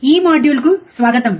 ఈ మాడ్యూల్కు స్వాగతం